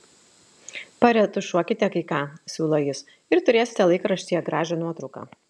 paretušuokite kai ką siūlo jis ir turėsite laikraštyje gražią nuotrauką